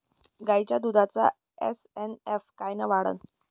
गायीच्या दुधाचा एस.एन.एफ कायनं वाढन?